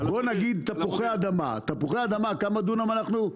בוא נגיד, תפוחי-אדמה, כמה דונם אנחנו?